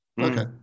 Okay